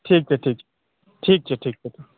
ठीक छै ठीक छै ठीक छै ठीक छै